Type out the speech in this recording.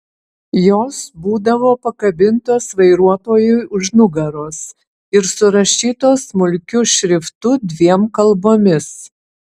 jos būdavo pakabintos vairuotojui už nugaros ir surašytos smulkiu šriftu dviem kalbomis